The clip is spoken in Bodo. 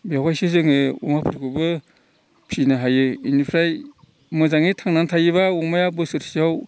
बेवहायसो जोङो अमाफोरखौबो फिनो हायो इनिफ्राय मोजाङै थांना थायोब्ला अमाया बोसोरसेआव